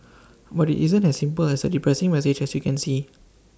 but IT isn't as simple as A depressing message as you can see